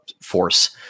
force